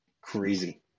crazy